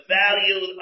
value